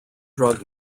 drug